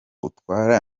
utwara